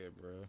bro